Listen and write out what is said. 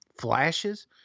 flashes